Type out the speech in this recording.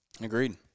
Agreed